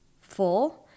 full